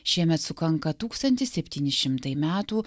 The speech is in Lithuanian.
šiemet sukanka tūkstantis septyni šimtai metų